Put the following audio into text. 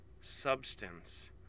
substance